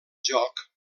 joc